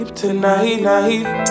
Tonight